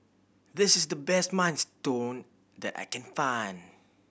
this is the best Minestrone that I can find